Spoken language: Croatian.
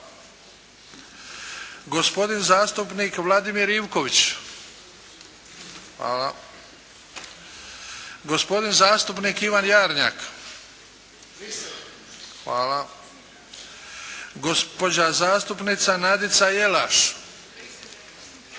gospodin zastupnik Vladimir Ivković, gospodin zastupnik Ivan Jarnjak – prisežem, gospođa zastupnica Nadica Jelaš –